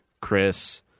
Chris